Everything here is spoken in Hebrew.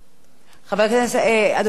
אדוני השר דניאל הרשקוביץ,